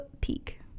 peak